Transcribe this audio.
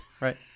Right